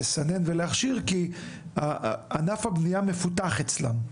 לסנן ולהכשיר כי ענף הבנייה מפותח אצלם,